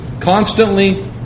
Constantly